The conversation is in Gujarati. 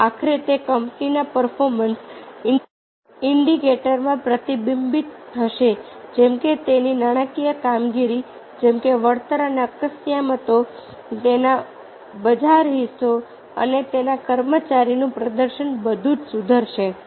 અને આખરે તે કંપનીના પર્ફોર્મન્સ ઈન્ડિકેટરમાં પ્રતિબિંબિત થશે જેમ કે તેની નાણાકીય કામગીરી જેમ કે વળતર અને અસ્કયામતો તેનો બજાર હિસ્સો અને તેના કર્મચારીનું પ્રદર્શન બધું જ સુધરશે